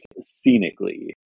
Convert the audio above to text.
scenically